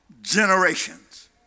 generations